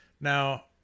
Now